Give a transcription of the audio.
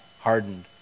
hardened